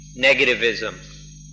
negativism